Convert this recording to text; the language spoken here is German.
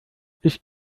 ist